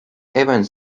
evans